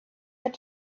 had